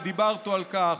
ודיברתי על כך,